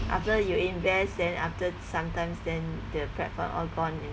after you invest then after sometimes then the platform all gone